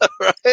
Right